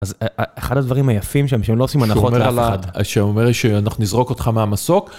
אז אחד הדברים היפים שם, שהם לא עושים מנחות לאף אחד, שאומר שאנחנו נזרוק אותך מהמסוק.